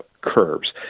curves